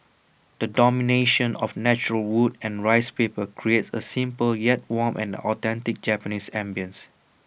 the domination of natural wood and rice paper creates A simple yet warm and authentic Japanese ambience